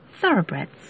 Thoroughbreds